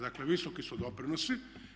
Dakle visoki su doprinosi.